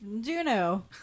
Juno